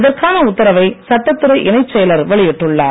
இதற்கான உத்தாவை சட்டத்துறை இணைச் செயலர் வெளியிட்டுள்ளார்